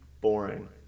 boring